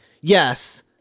yes